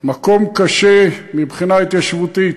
מקום קשה מבחינה התיישבותית,